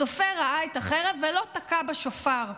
הצופה ראה את החרב ולא תקע בשופר.